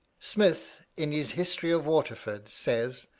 smith, in his history of waterford says,